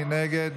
מי נגד?